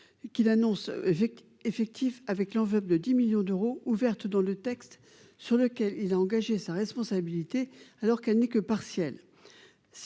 qui l'annonce effectif avec l'enveloppe de 10 millions d'euros ouverte dans le texte sur lequel il a engagé sa responsabilité alors qu'elle n'est que partiel,